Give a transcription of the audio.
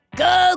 go